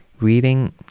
reading